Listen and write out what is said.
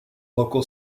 local